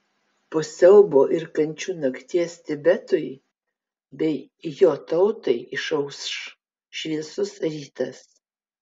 po siaubo ir kančių nakties tibetui bei jo tautai išauš šviesus rytas